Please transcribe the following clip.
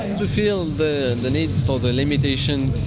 feel the and the need for the limitation,